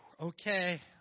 okay